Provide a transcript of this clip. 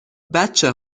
بچه